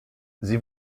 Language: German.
sie